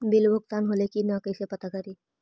Bill भुगतान होले की न कैसे पता करी?